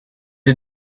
are